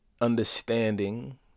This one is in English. understanding